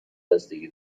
بستگی